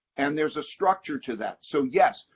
and there's a structure to that. so yes,